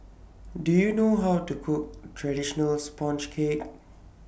Do YOU know How to Cook Traditional Sponge Cake